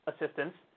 assistance